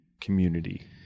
community